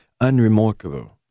unremarkable